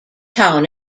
town